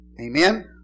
Amen